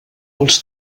els